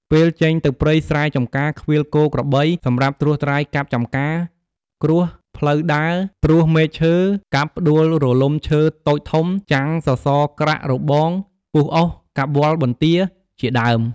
ពេលចេញទៅព្រៃស្រែចម្ការ ឃ្វាលគោក្របី សម្រាប់ត្រួសត្រាយកាប់ចម្ការ គ្រួសផ្លូវដើរ ត្រួសមែកឈើ កាប់ផ្ដួលរលំឈើតូចធំ ចាំងសសរក្រាក់របង ពុះអុស កាប់វល្លិ៍បន្ទា ជាដើម ។